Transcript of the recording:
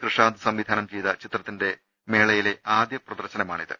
കൃഷാന്ത് സംവിധാനം ചെയ്ത ചിത്രത്തിന്റെ മേളയിലെ ആദ്യ പ്രദർശനമാണ് ഇന്ന്